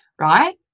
Right